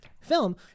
film